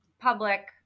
public